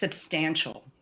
substantial